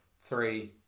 Three